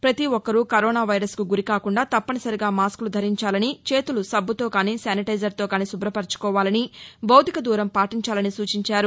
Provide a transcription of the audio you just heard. పతి ఒక్కరూ corona virus కు గురి కాకుండా తప్పనిసరిగా మాస్కు ధరించాలని చేతులు సబ్బుతో గాని శానిటైజర్ తో గాని శుభ్రపర్పుకోవాలని భౌతిక దూరం పాటించాలని సూచించారు